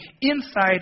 inside